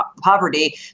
poverty